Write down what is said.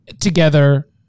together